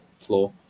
floor